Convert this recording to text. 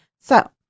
So-